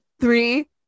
Three